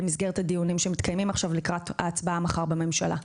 במסגרת הדיונים שמתקיימים עכשיו לקראת ההצבעה מחר בממשלה.